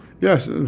Yes